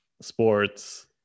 sports